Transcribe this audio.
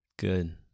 Good